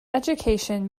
education